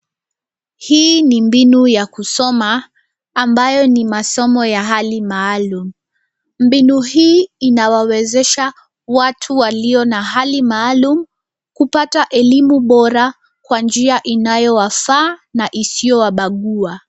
Hii ni mbinu ya kusoma ambayo ni masomo ya hali maalum. Mbinu hii inawawezesha watu walio na hali maalum kupata elimu bora kwa njia inayowafaa na isiyowabagua.